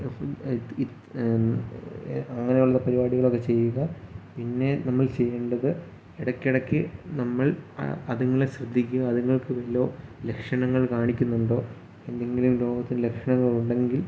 അങ്ങനെയുള്ള പരിപാടികളൊക്കെ ചെയ്യുക പിന്നെ നമ്മൾ ചെയ്യേണ്ടത് ഇടയ്ക്കിടയ്ക്ക് നമ്മൾ അ അതുങ്ങളെ ശ്രദ്ധിക്കുക അതുങ്ങൾക്ക് വല്ലതും ലക്ഷണങ്ങൾ കാണിക്കുന്നുണ്ടോ എന്തെങ്കിലും രോഗത്തിൻ്റെ ലക്ഷണങ്ങളുണ്ടെങ്കിൽ